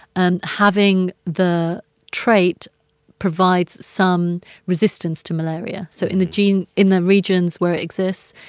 and having the trait provides some resistance to malaria. so in the gene in the regions where it exists,